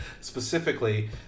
Specifically